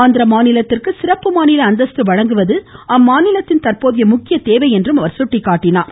ஆந்திர மாநிலத்திற்கு சிறப்பு மாநில அந்தஸ்து வழங்குவது அம்மாநிலத்தின் தற்போதைய முக்கிய தேவை என்று சுட்டிக்காட்டினார்